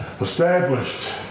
Established